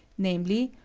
namely,